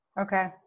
Okay